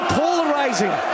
polarizing